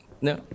No